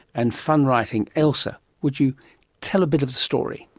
and fun writing. ailsa, would you tell a bit of the story?